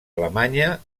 alemanya